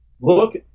look